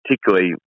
particularly